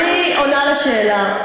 אני עונה על השאלה.